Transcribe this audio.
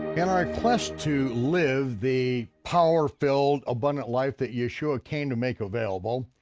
in our quest to live the power-filled abundant life that yeshua came to make available,